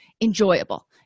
enjoyable